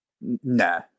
Nah